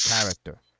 character